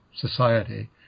society